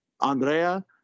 Andrea